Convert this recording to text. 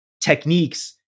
techniques